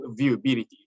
viewability